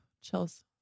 Chills